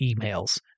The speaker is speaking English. emails